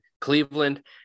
Cleveland